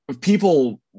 people